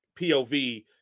POV